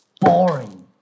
Boring